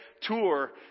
tour